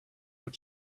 will